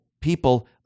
people